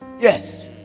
yes